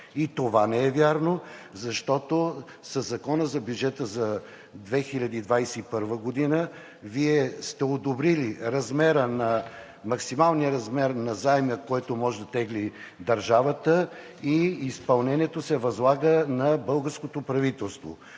И това не е вярно, защото със Закона за бюджета за 2021 г. Вие сте одобрили максималния размер на заема, който може да тегли държавата, и изпълнението се възлага на българското правителство.